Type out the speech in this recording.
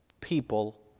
people